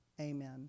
Amen